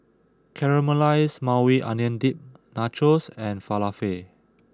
Caramelized Maui Onion Dip Nachos and Falafel